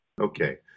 Okay